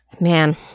Man